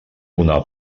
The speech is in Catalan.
una